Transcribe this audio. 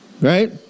right